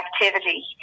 activity